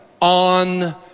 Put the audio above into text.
on